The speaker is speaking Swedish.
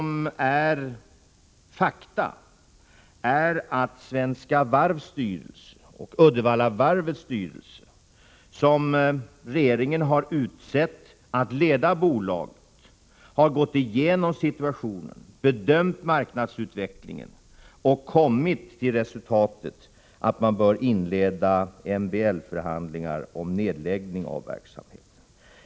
Men fakta i det här fallet är att Svenska Varvs styrelse och Uddevallavarvets styrelse, som regeringen har utsett att leda bolaget, har gått igenom situationen, bedömt marknadsutvecklingen och kommit till resultatet att man bör inleda MBL-förhandlingar om nedläggning av verksamheten.